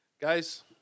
Guys